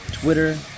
Twitter